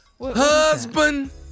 Husband